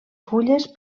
fulles